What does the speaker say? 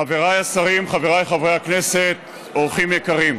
חבריי השרים, חבריי חברי הכנסת, אורחים יקרים,